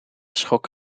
schok